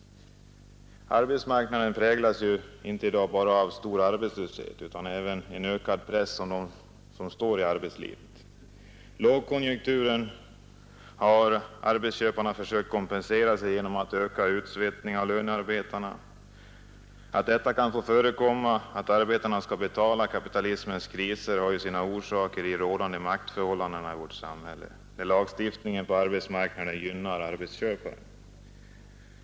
Arbetsmarknaden präglas i dag inte bara av en stor arbetslöshet utan även av ökad press på dem som står kvar i arbetslivet. I lågkonjunkturen har arbetsköparna försökt kompensera sig genom att öka utsvettningen av lönearbetarna. Att det kan få förekomma att arbetarna skall betala kapitalismens kriser har sina orsaker i rådande maktförhållanden i vårt samhälle, där lagstiftningen på arbetsmarknaden gynnar arbetsköparen.